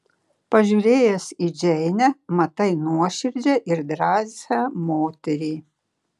pažiūrėjęs į džeinę matai nuoširdžią ir drąsią moterį